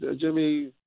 Jimmy